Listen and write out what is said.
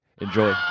Enjoy